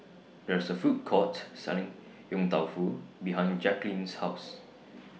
There IS A Food Court Selling Yong Tau Foo behind Jacqulyn's House